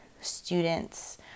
students